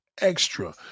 extra